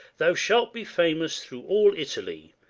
thou shalt be famous through all italy,